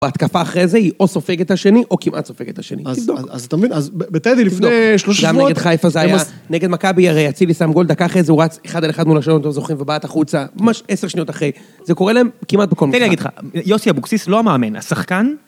ההתקפה אחרי זה היא או סופגת השני או כמעט סופגת השני, תבדוק. אז אתה מבין, בטדי לפני שלושה שבועות... גם נגד חיפה זה היה, נגד מכבי הרי, אצילי שם גול, דקה אחרי זה הוא רץ אחד על אחד מול השלום, אתם זוכרים, ובעט החוצה, ממש עשר שניות אחרי, זה קורה להם כמעט בכל משחק. תן לי להגיד לך, יוסי אבוקסיס לא המאמן, השחקן...